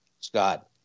Scott